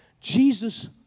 Jesus